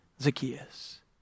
Zacchaeus